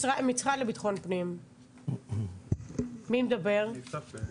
המשרד לביטחון פנים, מי פותח?